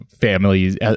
families